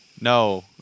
no